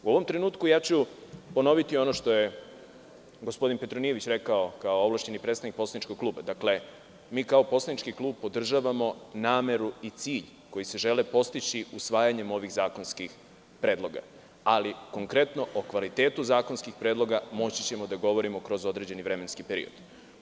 U ovom trenutku, ja ću ponoviti ono što je gospodin Petronijević rekao, kao ovlašćeni predstavnik poslaničkog kluba, mi kao poslanički klub podržavamo nameru i cilj koji se želi postići usvajanjem ovih zakonskih predloga, ali konkretno o kvalitetu zakonskih predloga moći ćemo da govorimo kroz određeni vremenski period.